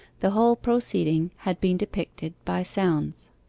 the whole proceeding had been depicted by sounds.